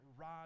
rod